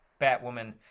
Batwoman